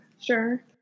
Sure